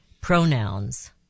pronouns